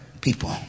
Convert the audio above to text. people